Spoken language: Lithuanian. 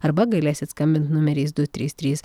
arba galėsit skambint numeriais du trys trys